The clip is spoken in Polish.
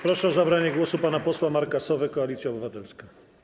Proszę o zabranie głosu pana posła Marka Sowę, Koalicja Obywatelska.